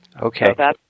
Okay